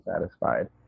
satisfied